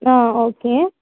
okay